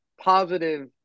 positive